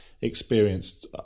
experienced